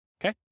Okay